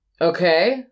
Okay